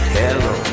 hello